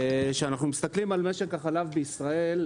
כשאנחנו מסתכלים על משק החלב בישראל,